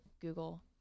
Google